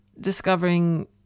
discovering